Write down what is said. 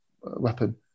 weapon